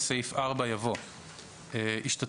החוק העיקרי),